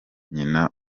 nyina